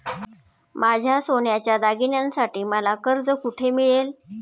माझ्या सोन्याच्या दागिन्यांसाठी मला कर्ज कुठे मिळेल?